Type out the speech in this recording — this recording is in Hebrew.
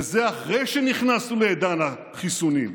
וזה אחרי שנכנסנו לעידן החיסונים,